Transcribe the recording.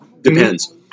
depends